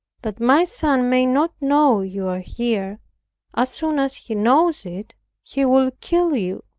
that my son may not know you are here as soon as he knows it he will kill you.